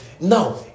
Now